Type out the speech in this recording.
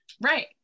right